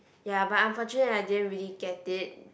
ya but unfortunately I didn't really get it